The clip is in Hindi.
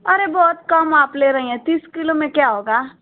अरे बहुत कम आप ले रही हैं तीस किलो में क्या होगा